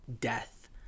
death